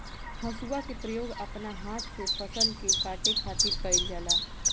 हसुआ के प्रयोग अपना हाथ से फसल के काटे खातिर कईल जाला